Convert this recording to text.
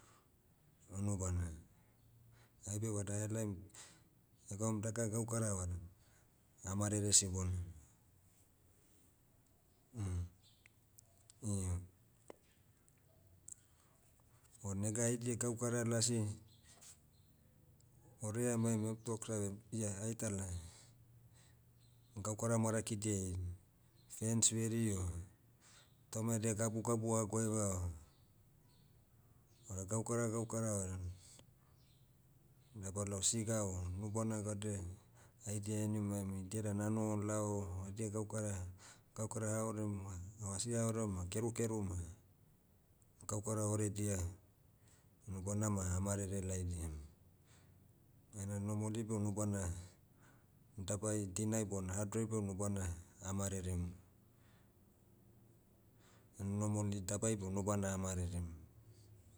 Unubana. Aibe vada ahelaim, egaum daka gaukara vada, amarere sibonam. M- io. O nega haidia gaukara lasi, orea emaim toksavem, ia aitala, gaukara marakidia hein. Fence veri o, tauma edia gabugabu hagoeva o, vada gaukara gaukara aen, dabalao siga o nubana gaudia, ai dia enimaim, idia dan anoho lao, edia gaukara, gaukara haorem ma, o asiaorem ma kerukeru ma, gaukara oredia, unubana ma amarere laidiam. Ena normally beh unubana, dabai dinai bona hadrai beh unubana, amarerem. N- normally dabai beh nubana amarerem.